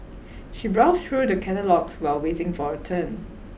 she browsed through the catalogues while waiting for her turn